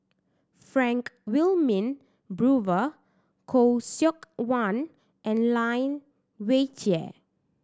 Frank Wilmin Brewer Khoo Seok Wan and Lai Weijie